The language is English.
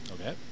Okay